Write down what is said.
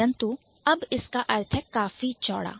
परंतु अब इसका अर्थ है काफी चौड़ा